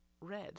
Red